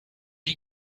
you